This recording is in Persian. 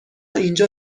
اینجا